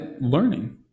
learning